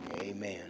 Amen